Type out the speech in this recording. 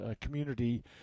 community